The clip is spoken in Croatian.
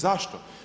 Zašto?